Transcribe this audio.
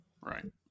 Right